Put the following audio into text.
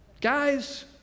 guys